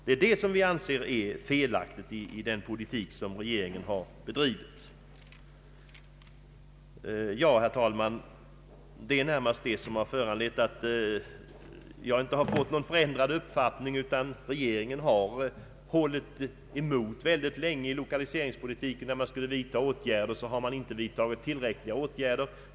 Det är det som vi anser felaktigt i regeringens politik. Herr talman! Det är närmast vad jag här nämnt som föranlett att jag inte ändrat uppfattning. Regeringen har hållit emot mycket länge i lokaliseringspolitiken. När man skulle vidta åtgärder har man inte vidtagit tillräckliga åtgärder.